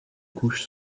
couches